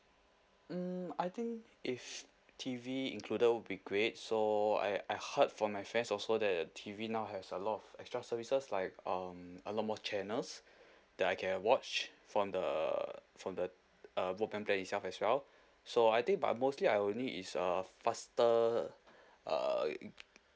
hmm I think if T_V included would be great so I I heard from my friends also that the T_V now has a lot of extra services like um a lot more channels that I can watch from the from the uh broadband plan itself as well so I think but mostly I will need is a faster uh